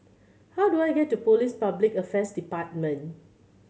how do I get to Police Public Affairs Department